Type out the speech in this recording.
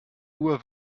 uhr